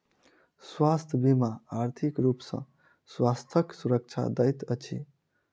स्वास्थ्य बीमा आर्थिक रूप सॅ स्वास्थ्यक सुरक्षा दैत अछि